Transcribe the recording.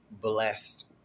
blessed